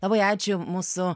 labai ačiū mūsų